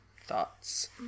thoughts